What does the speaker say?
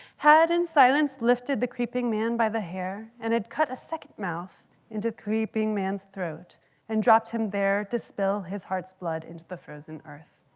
had in silence, lifted the creeping man by the hair and it cut a second mouth into creeping man's throat and dropped him there to spill his heart's blood into the frozen earth,